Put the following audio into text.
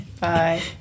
Bye